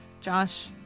Josh